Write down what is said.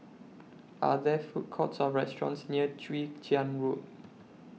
Are There Food Courts Or restaurants near Chwee Chian Road